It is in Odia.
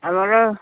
ଆମର